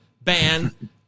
ban